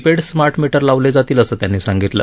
paid smart meter लावले जातील असं त्यांनी सांगितलं